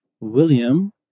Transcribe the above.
William